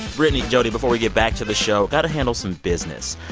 brittany, jody, before we get back to the show, got to handle some business.